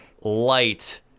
light